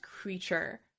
creature